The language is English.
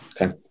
Okay